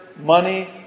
money